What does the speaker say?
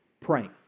praying